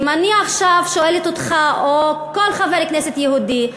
אם אני עכשיו שואלת אותך או כל חבר כנסת יהודי: